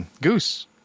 Goose